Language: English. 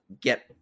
get